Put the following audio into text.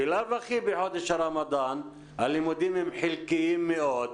ובלאו הכי בחודש הרמדאן הלימודים הם חלקיים מאוד.